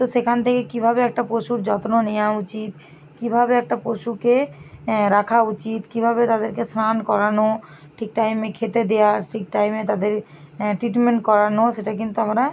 তো সেখান থেকে কীভাবে একটা পশুর যত্ন নেওয়া উচিত কীভাবে একটা পশুকে রাখা উচিত কীভাবে তাদেরকে স্নান করানো ঠিক টাইমে খেতে দেওয়া ঠিক টাইমে তাদের ট্রিটমেন্ট করানো সেটা কিন্তু আমরা